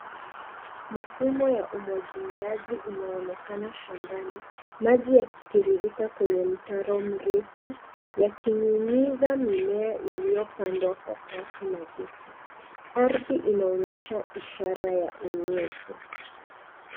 Mifumo ya umwagiliaji inaonekana shambani maji yakitirika kwenye mtaro mrefu yakinyunyiza mimea uliopandwa Kwa safu na dhifu, arthi inaonyesha ishara ya unyevu.